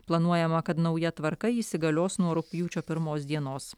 planuojama kad nauja tvarka įsigalios nuo rugpjūčio pirmos dienos